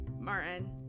Martin